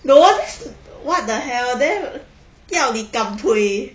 no that's too what the hell then 要你 gampui